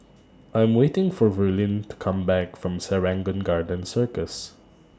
I Am waiting For Verlene to Come Back from Serangoon Garden Circus